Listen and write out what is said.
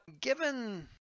given